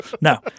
No